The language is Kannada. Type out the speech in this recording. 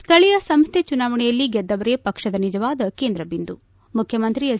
ಸ್ಥಳೀಯ ಸಂಸ್ಥೆ ಚುನಾವಣೆಯಲ್ಲಿ ಗೆದ್ದವರೇ ಪಕ್ಷದ ನಿಜವಾದ ಕೇಂದ್ರ ಬಿಂದು ಮುಖ್ಯಮಂತ್ರಿ ಎಚ್